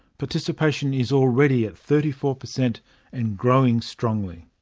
participation is already at thirty four per cent and growing strongly.